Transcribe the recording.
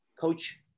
Coach